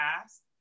past